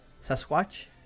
Sasquatch